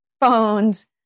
phones